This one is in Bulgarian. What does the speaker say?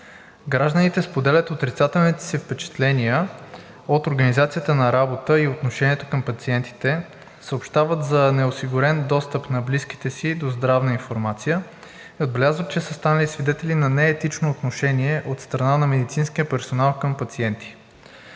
Гражданите споделят отрицателните си впечатления от организацията на работа и отношението към пациентите, съобщават за неосигурен достъп на близките си до здравна информация и отбелязват, че са станали свидетели на неетично отношение от страна на медицинския персонал към пациенти.